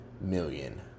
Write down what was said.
million